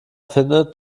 findet